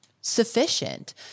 sufficient